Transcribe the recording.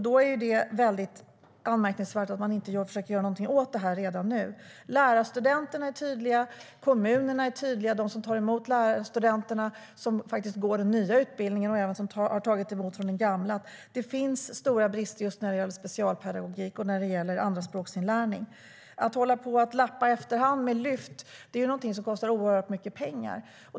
Då är det anmärkningsvärt att man inte försöker göra något åt det här redan nu. Lärarstudenterna är tydliga, kommunerna är tydliga och de som tar emot lärarstudenter från den nya och den gamla utbildningen är tydliga med att det finns stora brister just när det gäller specialpedagogik och andraspråksinlärning. Att hålla på och lappa i efterhand med olika lyft kostar oerhört mycket pengar.